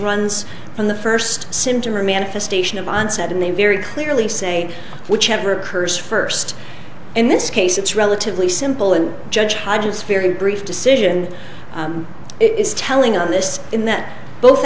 runs in the first symptom or manifestation of onset and they very clearly say whichever curse first in this case it's relatively simple and judge hyde is very brief decision is telling on this in that both